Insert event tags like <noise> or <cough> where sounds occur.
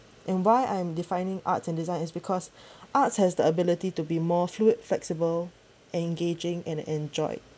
and why I'm defining arts and design is because <breath> arts has the ability to be more fluid flexible engaging and enjoyed